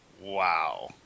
Wow